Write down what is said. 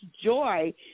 joy